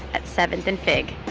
at seventh and fig.